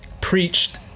preached